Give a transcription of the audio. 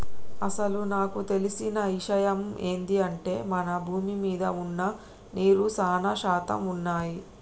అసలు నాకు తెలిసిన ఇషయమ్ ఏంది అంటే మన భూమి మీద వున్న నీరు సానా శాతం వున్నయ్యి